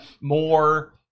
more